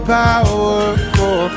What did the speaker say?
powerful